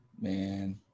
Man